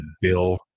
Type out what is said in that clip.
Bill